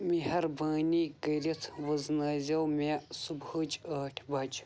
مہربٲنی کٔرِتھ وٕزنٲے زیو مےٚ صُبحہٕچ ٲٹھِ بجہِ